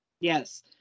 yes